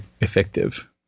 effective